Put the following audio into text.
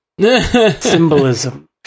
symbolism